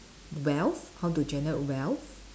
wealth how to generate wealth